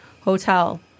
hotel